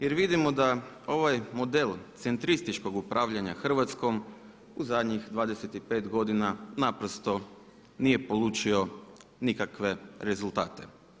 Jer vidimo da ovaj model centrističkog upravljanja Hrvatskom u zadnjih 25 godina naprosto nije polučio nikakve rezultate.